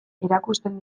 erakusten